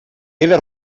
era